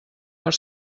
per